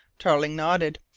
tarling nodded.